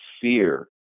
fear